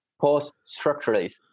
post-structuralist